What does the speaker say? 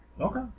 Okay